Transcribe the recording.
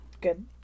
Good